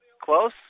close